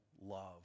love